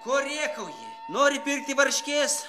ko rėkauji nori pirkti varškės